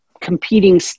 competing